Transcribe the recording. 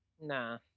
Nah